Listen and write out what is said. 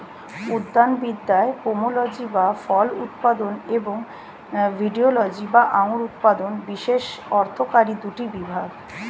উদ্যানবিদ্যায় পোমোলজি বা ফল উৎপাদন এবং ভিটিলজি বা আঙুর উৎপাদন বিশেষ অর্থকরী দুটি বিভাগ